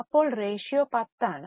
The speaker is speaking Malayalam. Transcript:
അപ്പോൾ റേഷ്യോ 10 ആണ്